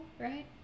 right